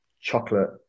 chocolate